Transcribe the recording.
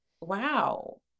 wow